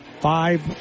five